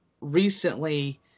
recently